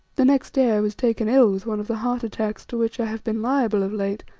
the next day i was taken ill with one of the heart-attacks to which i have been liable of late,